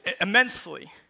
immensely